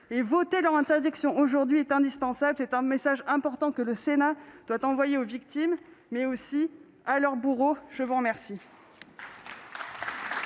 Voter leur interdiction aujourd'hui est indispensable. C'est un message important que le Sénat doit envoyer non seulement aux victimes, mais aussi à leurs bourreaux. La parole